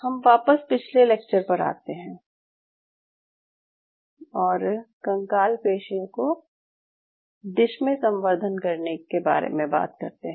हम वापस पिछले लेक्चर पर आते हैं और कंकाल पेशियों को डिश में संवर्धन करने के बारे में करते हैं